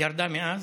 היא ירדה מאז.